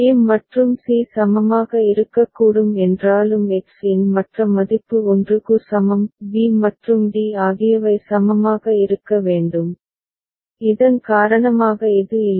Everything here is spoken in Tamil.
A மற்றும் c சமமாக இருக்கக்கூடும் என்றாலும் x இன் மற்ற மதிப்பு 1 க்கு சமம் b மற்றும் d ஆகியவை சமமாக இருக்க வேண்டும் இதன் காரணமாக இது இல்லை